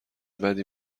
بدی